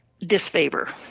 disfavor